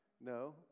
No